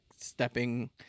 stepping